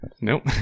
nope